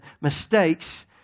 mistakes